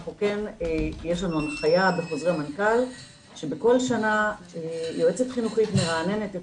יש לנו הנחיה בחוזרי מנכ"ל שבכל שנה יועצת חינוכית מרעננת את